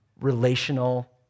relational